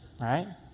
Right